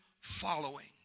following